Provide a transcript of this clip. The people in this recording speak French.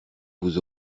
vous